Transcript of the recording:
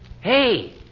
Hey